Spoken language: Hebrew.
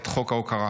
את חוק ההוקרה,